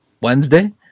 Wednesday